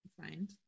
find